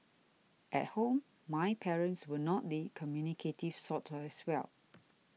at home my parents were not the communicative sort as well